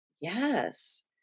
Yes